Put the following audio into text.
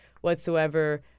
whatsoever